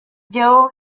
joe